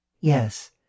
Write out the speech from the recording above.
Yes